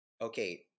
okay